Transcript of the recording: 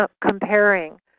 comparing